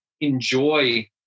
enjoy